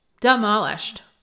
demolished